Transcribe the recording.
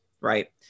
Right